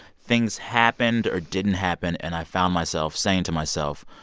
things happened or didn't happen, and i found myself saying to myself,